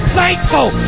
thankful